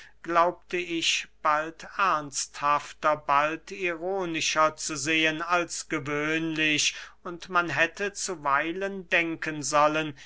glaubte ich bald ernsthafter bald ironischer zu sehen als gewöhnlich und man hätte zuweilen denken sollen